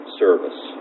service